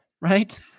right